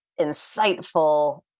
insightful